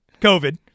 COVID